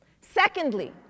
Secondly